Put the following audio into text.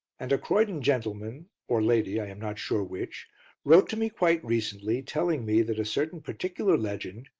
and a croydon gentleman or lady, i am not sure which wrote to me quite recently telling me that a certain particular legend,